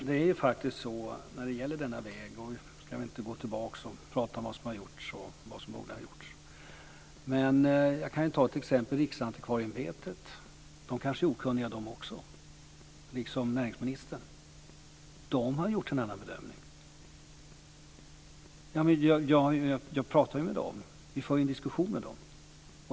Herr talman! Vi ska nu inte prata om vad som har gjorts och vad som borde ha gjorts. Jag kan ta ett exempel. Riksantikvarieämbetet är kanske, liksom näringsministern, också okunnigt. De har gjort en annan bedömning. Vi för en diskussion med dem.